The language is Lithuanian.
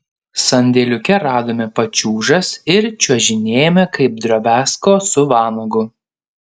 sandėliuke radome pačiūžas ir čiuožinėjome kaip drobiazko su vanagu